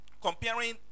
Comparing